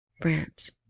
branch